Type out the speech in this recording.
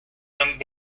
and